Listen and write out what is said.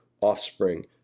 offspring